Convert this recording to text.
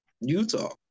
Utah